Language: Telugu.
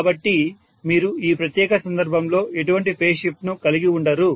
కాబట్టి మీరు ఈ ప్రత్యేక సందర్భంలో ఎటువంటి ఫేజ్ షిప్ట్ ను కలిగి ఉండరు